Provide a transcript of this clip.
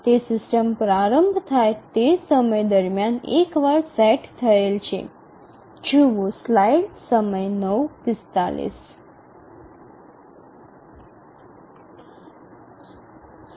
તે સિસ્ટમ પ્રારંભ થાય તે સમય દરમિયાન એકવાર સેટ થયેલ છે